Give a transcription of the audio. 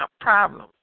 problems